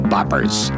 Boppers